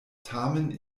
tamen